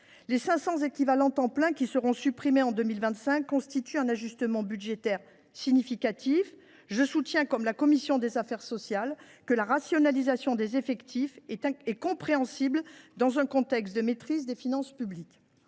Les 500 équivalents temps plein qui seront supprimés en 2025 constituent un ajustement budgétaire significatif. Je soutiens, comme la commission des affaires sociales, que la rationalisation des effectifs est compréhensible dans un contexte de maîtrise des finances publiques.